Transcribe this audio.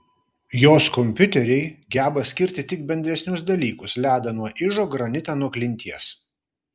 jos kompiuteriai geba skirti tik bendresnius dalykus ledą nuo ižo granitą nuo klinties